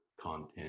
content